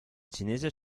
cinese